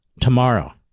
tomorrow